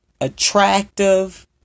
attractive